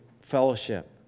fellowship